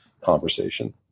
conversation